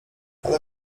ale